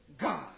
God